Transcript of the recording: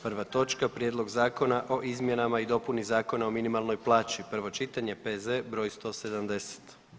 Prva točka, - Prijedlog zakona o izmjenama i dopuni Zakona o minimalnoj plaći, prvo čitanje, P.Z. br. 170.